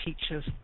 teachers